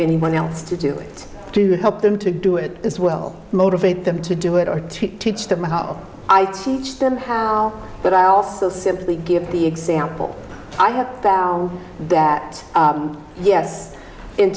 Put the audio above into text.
anyone else to do it to help them to do it as well motivate them to do it or to teach them how i teach them how but i also simply give the example i have found that yes in